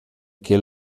che